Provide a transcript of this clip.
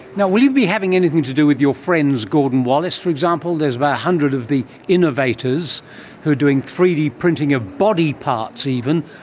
and will you be having anything to do with your friends, gordon wallace for example? there is about one hundred of the innovators who are doing three d printing of body parts even,